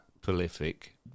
prolific